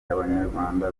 abanyarwanda